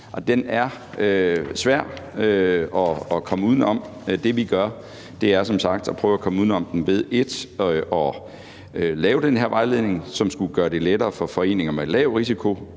den er svær at komme udenom. Det, vi gør, er som sagt at prøve at komme uden om den ved for det første at lave den her vejledning, som skulle gøre det lettere for foreninger med lav risiko,